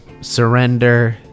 surrender